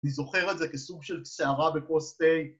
‫אני זוכר את זה כסוג של סערה בכוס תה.